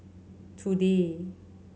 today